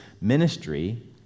ministry